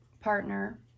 partner